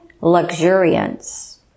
luxuriance